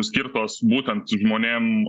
skirtos būtent žmonėm